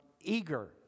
eager